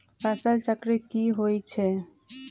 फसल चक्र की होई छै?